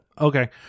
okay